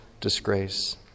disgrace